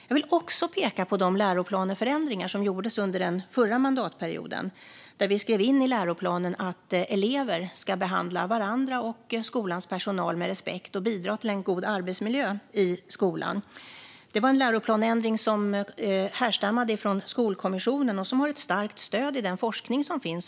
Jag vill även peka på de läroplansförändringar som gjordes under den förra mandatperioden, där vi skrev in i läroplanen att elever ska behandla varandra och skolans personal med respekt och bidra till en god arbetsmiljö i skolan. Det var en läroplansändring som härstammade från Skolkommissionen, och den har ett starkt stöd i den forskning som finns.